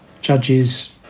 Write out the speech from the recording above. judges